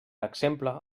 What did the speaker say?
exemple